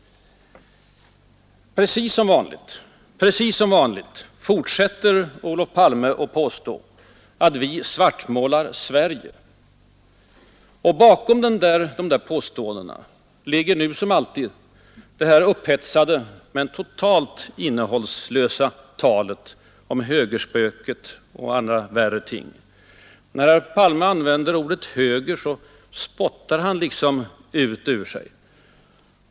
Precis som vanligt fortsätter Olof Palme och påstär att vi svartmålar Sverige. Bakom dessa påståenden ligger, nu som alltid, det upphetsade men totalt innehållslösa talet om högerspöket och andra värre ting. När herr Palme använder ordet höger spottar han liksom ut det ur sig.